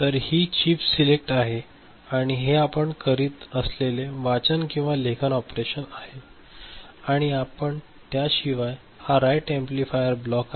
तर ही chip select आहे आणि हे आपण करत असलेले वाचन किंवा लेखन ऑपरेशन आहे आणि आपण त्याशिवाय हा राईट ऍम्प्लिफायर ब्लॉक आहे